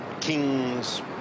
kings